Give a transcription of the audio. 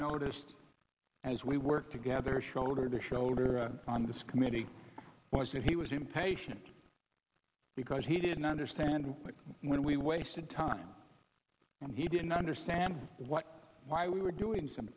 noticed as we worked together shoulder to shoulder on this committee was that he was impatient because he didn't understand what where we wasted time when he didn't understand what why we were doing some